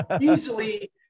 easily